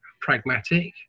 pragmatic